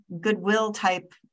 Goodwill-type